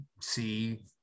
see